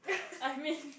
I mean